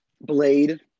Blade